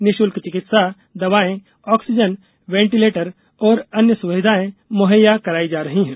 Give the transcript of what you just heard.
निःशुल्क चिकित्सा दवाएं ऑक्सीजन येंटीलेटर और अन्य सुविधाएं मुहैया कराई जा रही है